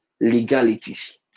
legalities